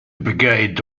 brigade